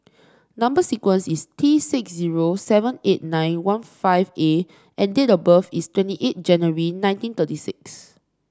number sequence is T six zero seven eight nine one five A and date of birth is twenty eight January nineteen thirty six